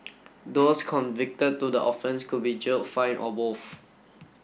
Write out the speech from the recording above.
those convicted to the offence could be jailed fined or both